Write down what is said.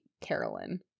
Carolyn